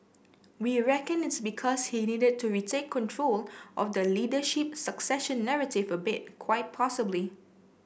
we reckon it's because he needed to retake control of the leadership succession narrative a bit quite possibly